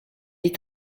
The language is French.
est